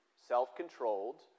self-controlled